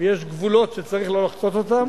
יש גבולות שצריך לא לחצות אותם,